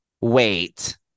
Wait